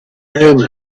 omens